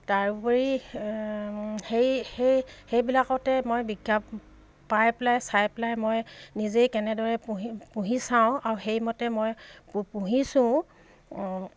তাৰোপৰি সেই সেই সেইবিলাকতে মই বিজ্ঞাপন পাই পেলাই চাই পেলাই মই নিজেই কেনেদৰে পুহি চাওঁ আৰু সেইমতে মই পুহিছোঁ